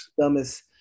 dumbest